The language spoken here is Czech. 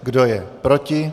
Kdo je proti?